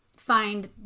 find